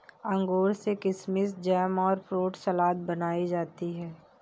अंगूर से किशमिस जैम और फ्रूट सलाद बनाई जाती है